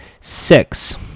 six